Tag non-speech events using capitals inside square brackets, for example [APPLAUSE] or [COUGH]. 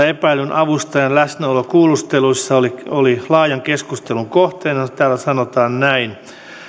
[UNINTELLIGIBLE] epäillyn avustajan läsnäolo kuulustelussa oli oli laajan keskustelun kohteena täällä sanotaan näin